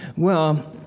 well,